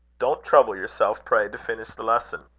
don't trouble yourself, pray, to finish the lesson.